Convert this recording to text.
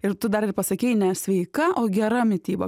ir tu dar ir pasakei ne sveika o gera mityba